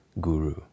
guru